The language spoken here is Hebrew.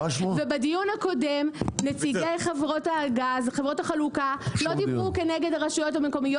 בדיון הקודם נציגי חברות החלוקה לא דיברו כנגד הרשויות המקומיות,